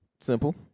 Simple